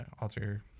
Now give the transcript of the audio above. alter